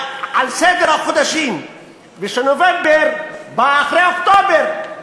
סדר החודשים ושנובמבר בא אחרי אוקטובר,